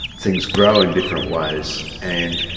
things grow in different ways and,